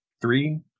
three